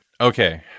Okay